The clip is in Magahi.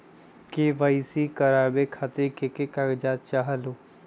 के.वाई.सी करवे खातीर के के कागजात चाहलु?